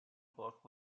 book